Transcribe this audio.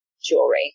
jewelry